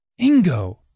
Ingo